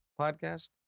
podcast